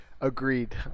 agreed